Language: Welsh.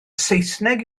saesneg